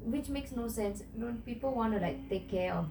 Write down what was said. which makes no sense people want to like take care